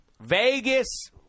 Vegas